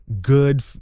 good